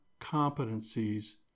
competencies